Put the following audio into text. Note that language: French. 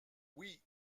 oui